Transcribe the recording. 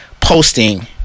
posting